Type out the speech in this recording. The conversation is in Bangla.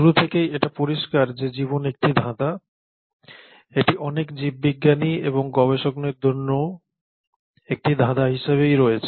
শুরু থেকেই এটা পরিষ্কার যে জীবন একটি ধাঁধা এটি অনেক জীববিজ্ঞানী এবং গবেষকদের জন্যও একটি ধাঁধা হিসাবেই রয়েছে